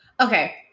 okay